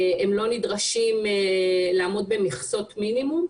הם לא נדרשים לעמוד במכסות מינימום.